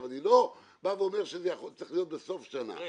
אני לא אומר שזה צריך להיות בסוף שנה.